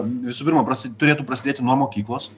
visų pirma prasi turėtų prasidėti nuo mokyklos